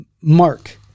Mark